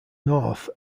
north